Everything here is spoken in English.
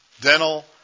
dental